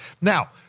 Now